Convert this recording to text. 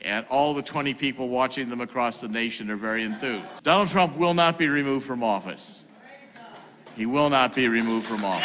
and all the twenty people watching them across the nation are very in tune will not be removed from office he will not be removed from all